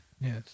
Yes